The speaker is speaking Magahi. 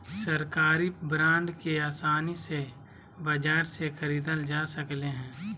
सरकारी बांड के आसानी से बाजार से ख़रीदल जा सकले हें